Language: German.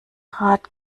rat